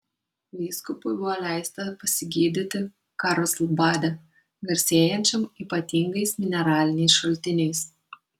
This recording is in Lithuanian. vyskupui buvo leista pasigydyti karlsbade garsėjančiam ypatingais mineraliniais šaltiniais